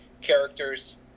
Characters